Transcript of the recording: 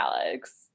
Alex